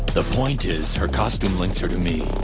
the point is, her costume linked her to me.